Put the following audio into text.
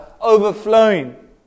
overflowing